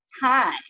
time